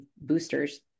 boosters